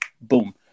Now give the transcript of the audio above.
boom